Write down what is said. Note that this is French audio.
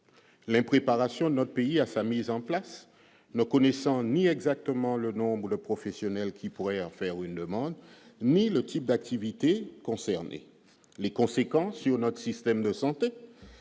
l'impréparation de notre pays à sa mise en place ne connaissant ni exactement le nombre de professionnels qui pourrait en faire une demande ni le type d'activités concernés les conséquences sur notre système de santé